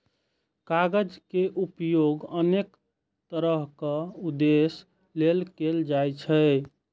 कागज के उपयोग अनेक तरहक उद्देश्य लेल कैल जाइ छै